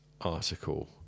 article